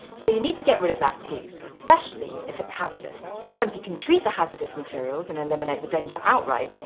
so you need to get rid of that too, especially if it's hazardous. sometimes you can treat the hazardous materials and eliminate the danger outright,